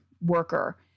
worker